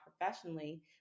professionally